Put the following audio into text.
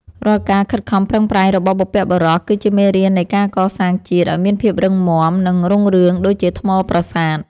រាល់ការខិតខំប្រឹងប្រែងរបស់បុព្វបុរសគឺជាមេរៀននៃការកសាងជាតិឱ្យមានភាពរឹងមាំ និង រុងរឿងដូចជាថ្មប្រាសាទ។